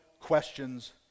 questions